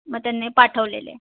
मग त्यांनी पाठवलेले